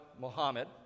Muhammad